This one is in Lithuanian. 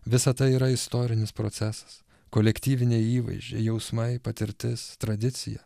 visa tai yra istorinis procesas kolektyviniai įvaizdžiai jausmai patirtis tradicija